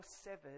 severed